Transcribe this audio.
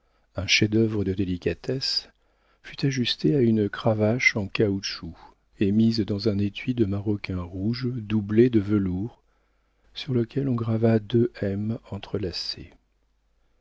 un chef-d'œuvre de délicatesse fut ajustée à une cravache de caoutchouc et mise dans un étui de maroquin rouge doublé de velours sur lequel on grava deux m entrelacés